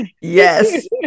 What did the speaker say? Yes